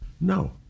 no